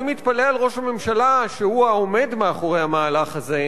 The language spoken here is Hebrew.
אני מתפלא על ראש הממשלה שהוא עומד מאחורי המהלך הזה.